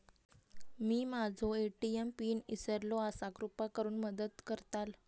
मी माझो ATM pin इसरलो आसा कृपा करुन मदत करताल